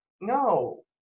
no